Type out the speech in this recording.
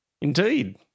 Indeed